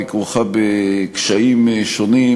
היא כרוכה בקשיים שונים,